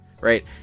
right